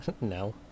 No